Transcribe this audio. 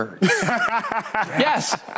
Yes